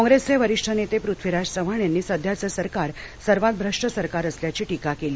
काँग्रेसचे वरीष्ठ नेते पृथ्वीराज चव्हाण यांनी सध्याचं सरकार सर्वात भ्रष्ट सरकार असल्याची टीका केली